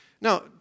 Now